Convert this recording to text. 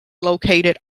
located